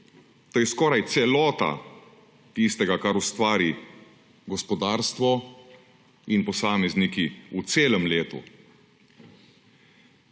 To je skoraj celota tistega, kar ustvari gospodarstvo in posamezniki v celem letu.